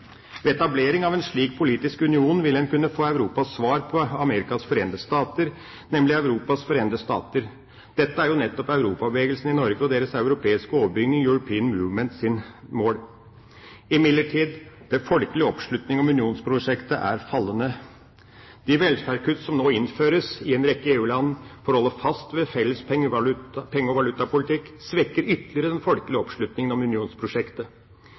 Ved etablering av en slik politisk union vil en kunne få Europas svar på Amerikas forente stater, nemlig Europas forente stater. Dette er jo nettopp målene til Europabevegelsen i Norge og deres europeiske overbygning, European Movement. Imidlertid, den folkelige oppslutning om unionsprosjektet er fallende. De velferdskutt som nå innføres i en rekke EU-land for å holde fast ved felles penge- og valutapolitikk, svekker ytterligere den folkelige oppslutningen om unionsprosjektet.